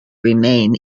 remain